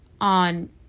on